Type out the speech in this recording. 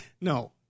No